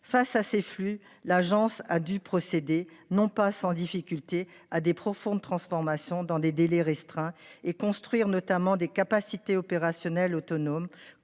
Face à ces flux. L'agence a dû procéder non pas sans difficulté à des profondes transformations dans des délais restreints et construire notamment des capacités opérationnelles autonomes